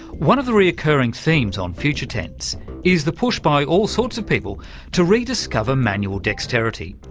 one of the reoccurring themes on future tense is the push by all sorts of people to rediscover manual dexterity.